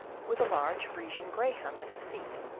with a large frisian greyhound at his feet,